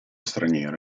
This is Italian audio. straniero